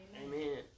Amen